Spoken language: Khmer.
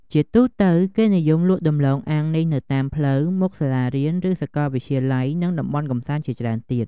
ជាទូទៅ គេនិយមលក់ដំំឡូងអាំងនេះនៅតាមផ្លូវ មុខសាលារៀន ឬសកលវិទ្យាល័យ និងតំបន់កំសាន្តជាច្រើនទៀត ។